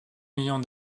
millions